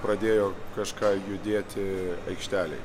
pradėjo kažką judėti aikštelėj